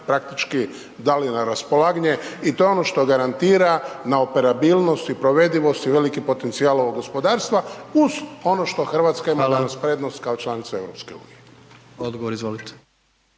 praktički dali na raspolaganje i to je ono što garantira na operabilnost i provedivost i veliki potencijal ovog gospodarstva uz ono što RH ima kad …/Upadica: Hvala/…je usporedimo